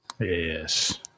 Yes